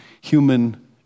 human